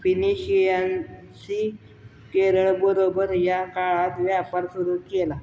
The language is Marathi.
फिनिशीयन् सी केरळबरोबर या काळात व्यापार सुरू केला